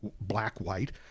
black-white